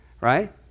Right